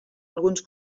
alguns